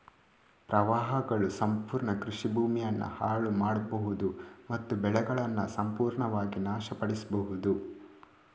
ಪ್ರವಾಹಗಳು ಸಂಪೂರ್ಣ ಕೃಷಿ ಭೂಮಿಯನ್ನ ಹಾಳು ಮಾಡ್ಬಹುದು ಮತ್ತು ಬೆಳೆಗಳನ್ನ ಸಂಪೂರ್ಣವಾಗಿ ನಾಶ ಪಡಿಸ್ಬಹುದು